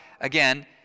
again